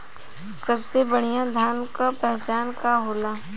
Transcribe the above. सबसे बढ़ियां धान का पहचान का होला?